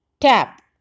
tap